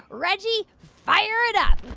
reggie, fire it up.